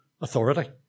authority